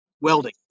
welding